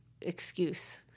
excuse